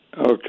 Okay